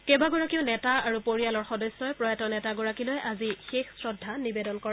কেইবাগৰাকীও নেতা আৰু পৰিয়ালৰ সদস্যই প্ৰয়াত নেতাগৰাকীলৈ আজি শেষ শ্ৰদ্ধা নিবেদন কৰে